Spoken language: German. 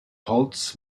holz